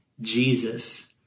Jesus